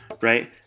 right